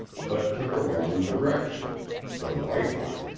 but took a wrong direction the right one!